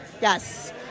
Yes